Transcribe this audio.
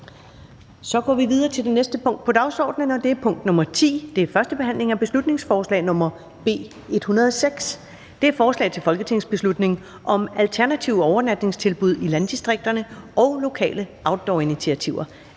Det er vedtaget. --- Det næste punkt på dagsordenen er: 10) 1. behandling af beslutningsforslag nr. B 106: Forslag til folketingsbeslutning om alternative overnatningstilbud i landdistrikterne og lokale outdoorinitiativer.